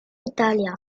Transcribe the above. italia